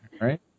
right